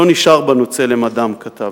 "לא נשאר בנו צלם אדם", כתב,